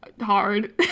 hard